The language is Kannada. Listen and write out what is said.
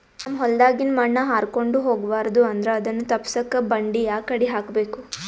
ನಮ್ ಹೊಲದಾಗಿನ ಮಣ್ ಹಾರ್ಕೊಂಡು ಹೋಗಬಾರದು ಅಂದ್ರ ಅದನ್ನ ತಪ್ಪುಸಕ್ಕ ಬಂಡಿ ಯಾಕಡಿ ಹಾಕಬೇಕು?